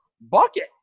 bucket